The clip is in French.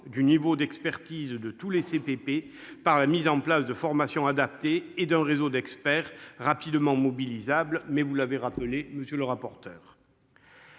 du niveau d'expertise de tous les CPP par la mise en place de formations adaptées et d'un réseau d'experts rapidement mobilisables ». M. le rapporteur vient de le rappeler.